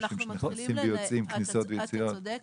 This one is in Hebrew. אני מאמינה מאוד גדולה בשיתופי פעולה ולכן אני מעדיפה ללכת,